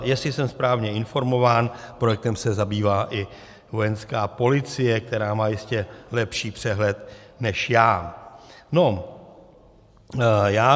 Jestli jsem správně informován, projektem se zbývá i Vojenská policie, která má jistě lepší přehled než já.